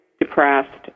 depressed